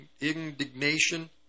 indignation